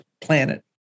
planet